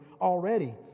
already